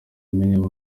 amenyerewe